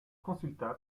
consulta